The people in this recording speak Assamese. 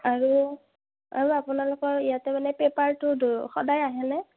আৰু আৰু আপোনালোকৰ ইয়াতে মানে পেপাৰটো সদায় আহেনে